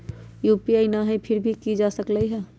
UPI न हई फिर भी जा सकलई ह?